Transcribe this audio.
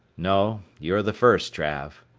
no. you're the first, trav.